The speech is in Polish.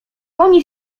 oni